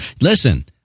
Listen